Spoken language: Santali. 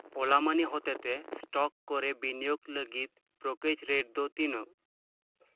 ᱳᱞᱟ ᱢᱟᱱᱤ ᱦᱚᱛᱮ ᱛᱮ ᱥᱴᱚᱠ ᱠᱚᱨᱮ ᱵᱤᱱᱤᱭᱚᱜ ᱞᱟᱹᱜᱤᱫ ᱯᱮᱠᱮᱡ ᱨᱮᱴ ᱫᱚ ᱛᱤᱱᱟᱹᱜ